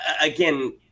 again